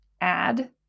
add